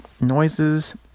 noises